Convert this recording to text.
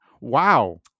Wow